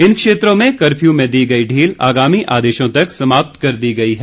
इन क्षेत्रों में कर्फ्यू में दी गई ढील आगामी आदेशों तक समाप्त कर दी गई है